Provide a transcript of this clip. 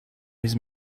his